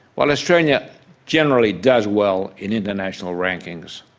while australia generally does well in international rankings,